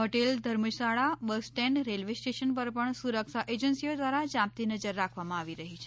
હોટેલધર્મશાળાબસ stand railway station પર પણ સુરક્ષા એજન્સીઓ દ્વારા યાંપતી નજર રાખવામાં આવી રહી છે